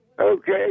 Okay